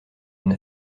une